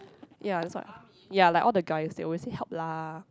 ya that's what ya like all the guys they always say help lah